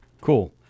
Cool